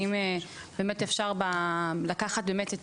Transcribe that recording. אם באמת אפשר לקחת באמת את